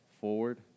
forward